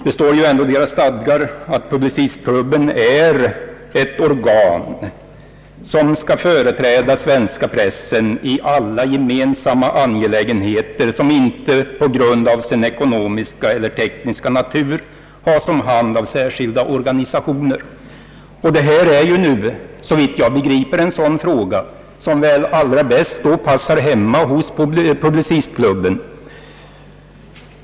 Det står ändå i Publicistklubbens stadgar att klubben är ett organ som skall företräda den svenska pressen i alla gemensamma angelägenheter som inte på grund av sin ekonomiska eller tekniska natur has om hand av särskilda organisationer, och detta är ju, såvitt jag begriper, en sådan fråga som allra bäst passar Publicistklubben.